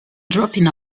dropping